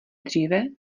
dříve